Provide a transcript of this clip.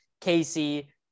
Casey